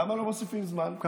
למה לא מוסיפים זמן?